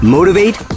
Motivate